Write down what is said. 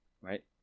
right